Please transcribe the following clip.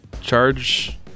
charge